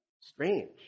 strange